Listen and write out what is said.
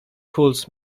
cools